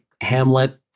Hamlet